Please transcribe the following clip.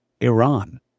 Iran